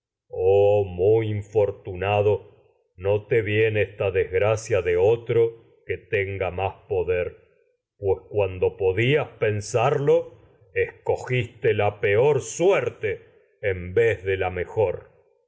muy infortunado más te viene esta desgra pues cia de otro que tenga poder cuando podías pensarlo escogiste la filoctbtes peor suerte en vez de la mejor